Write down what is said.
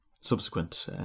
subsequent